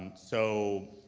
so,